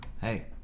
hey